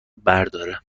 برداره